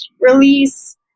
release